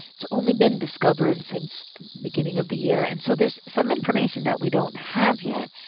it's only been discovered since beginning of the year. and so there's some information that we don't have yet.